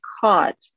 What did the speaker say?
caught